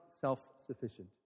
self-sufficient